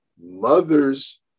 mother's